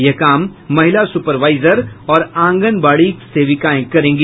यह काम महिला सुपरवाइजर और आंगनबाड़ी सेविकाएं करेंगी